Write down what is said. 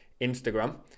instagram